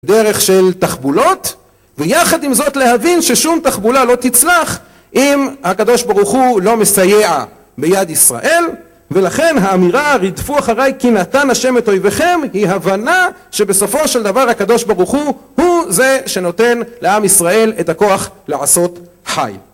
דרך של תחבולות, ויחד עם זאת להבין ששום תחבולה לא תצלח אם הקדוש ברוך הוא לא מסייע ביד ישראל, ולכן האמירה רדפו אחריי כי נתן השם את אויביכם, היא הבנה שבסופו של דבר הקדוש ברוך הוא זה שנותן לעם ישראל את הכוח לעשות חי